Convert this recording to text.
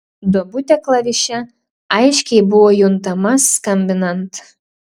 duobutė klaviše aiškiai buvo juntama skambinant